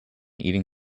eating